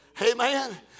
Amen